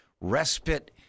respite